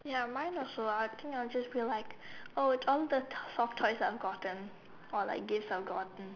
ya mine also I think I'll just be like oh it's all the soft toys I've gotten or like this are gone